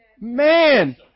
Man